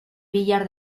villar